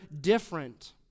different